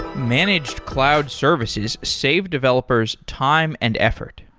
managed cloud services save developers time and effort.